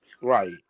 right